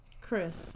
Chris